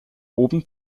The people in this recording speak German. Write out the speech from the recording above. oben